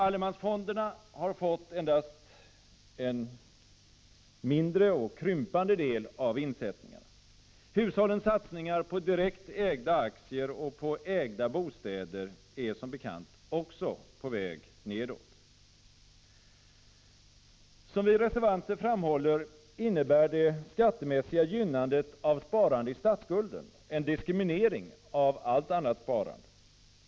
Allemansfonderna har endast fått en mindre och krympande del av insättningarna. Hushållens satsningar på direkt ägda aktier och på ägda bostäder är som bekant också på väg nedåt. Som vi reservanter framhåller, innebär det skattemässiga gynnandet av sparande i statsskulden en diskriminering av allt annat sparande.